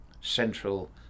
central